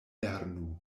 lernu